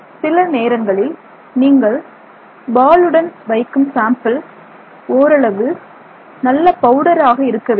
சில நேரங்களில் நீங்கள் பாலுடன் வைக்கும் சாம்பிள் ஓரளவு நல்ல பவுடராக இருக்க வேண்டும்